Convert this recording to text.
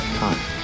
time